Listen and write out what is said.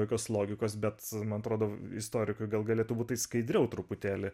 jokios logikos bet man atrodo istorikui gal galėtų būt tai skaidriau truputėlį